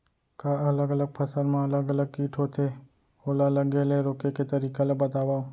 का अलग अलग फसल मा अलग अलग किट होथे, ओला लगे ले रोके के तरीका ला बतावव?